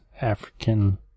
African